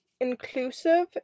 inclusive